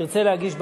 תרצה להגיש בג"ץ.